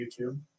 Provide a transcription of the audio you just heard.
YouTube